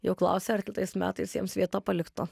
jau klausia ar kitais metais jiems vietą paliktų